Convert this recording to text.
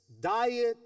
Diet